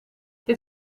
dit